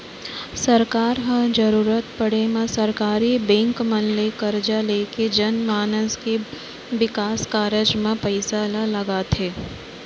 सरकार ह जरुरत पड़े म सरकारी बेंक मन ले करजा लेके जनमानस के बिकास कारज म पइसा ल लगाथे